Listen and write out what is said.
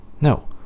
No